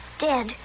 dead